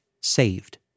saved